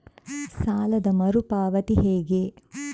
ಸಾಲದ ಮರು ಪಾವತಿ ಹೇಗೆ?